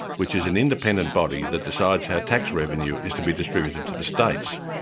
which is an independent body that decides how tax revenue is to be distributed to the states.